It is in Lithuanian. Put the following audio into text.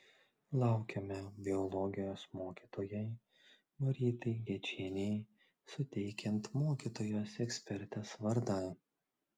laukiame biologijos mokytojai marytei gečienei suteikiant mokytojos ekspertės vardą